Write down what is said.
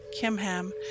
Kimham